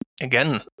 again